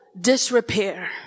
disrepair